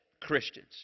Christians